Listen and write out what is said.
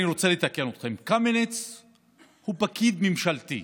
אני רוצה לתקן אתכם: קמיניץ הוא פקיד ממשלתי.